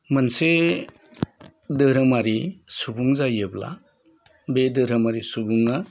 मोनसे धोरोमारि सुबुं जायोब्ला बे धोरोमारि सुबुङा